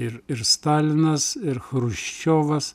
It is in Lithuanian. ir ir stalinas ir chruščiovas